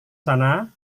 sana